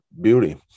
beauty